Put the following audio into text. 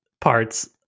parts